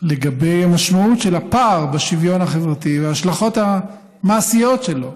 לגבי המשמעות של הפער החברתי וההשלכות המעשיות שלו,